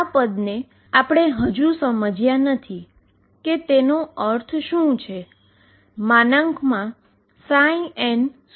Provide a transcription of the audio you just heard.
આ પદ ને આપણે હજી સુધી સમજ્યા નથી કે તેનો અર્થ શું છે